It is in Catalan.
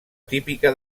típica